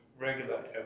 regular